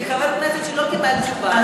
כחברת כנסת שלא קיבלה תשובה,